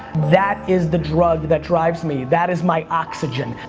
that is the drug that drives me. that is my oxygen.